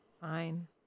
Fine